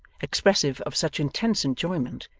expressive of such intense enjoyment,